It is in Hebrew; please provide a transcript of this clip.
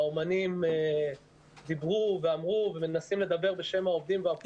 האומנים דיברו ואמרו ומנסים לדבר בשם העובדים.